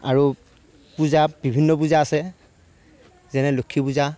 আৰু পূজা বিভিন্ন পূজা আছে যেনে লক্ষী পূজা